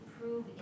prove